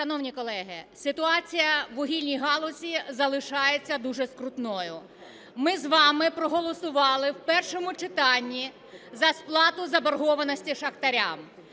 Шановні колеги, ситуація у вугільній галузі залишається дуже скрутною. Ми з вами проголосували в першому читанні за сплату заборгованості шахтарям.